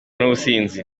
n’ubusinzi